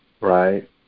right